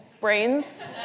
brains